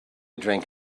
drink